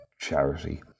charity